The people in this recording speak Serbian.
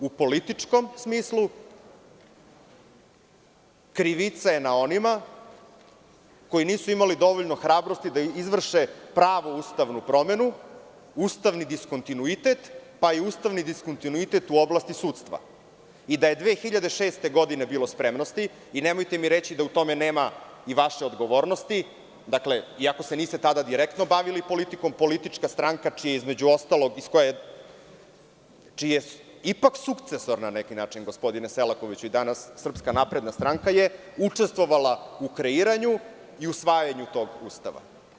U političkom smislu, krivica je na onima koji nisu imali dovoljno hrabrosti da izvrše pravu ustavnu promenu, ustavni diskontinuitet, pa i ustavni diskontinuitet u oblasti sudstva i da je 2006. godine, bilo spremnosti i nemojte mi reći da u tome nema i vaše odgovornosti, iako se niste tada direktno bavili politikom, ali politička stranka, čija je ipak sukcesorna na neki način, gospodine Selakoviću, i danas SNS je učestvovala u kreiranju i usvajanju tog Ustava.